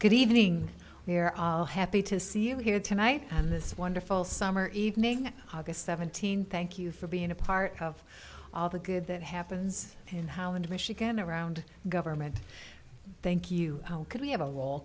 good evening where i'll happy to see you here tonight on this wonderful summer evening august seventeenth thank you for being a part of all the good that happens in holland michigan around the government thank you how could we have a wall